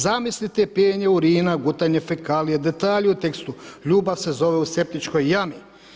Zamislite pijenje urina, gutanje fekalije, detalji u tekstu, ljubav se zove u septičkoj jami.